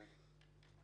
להגיד כמה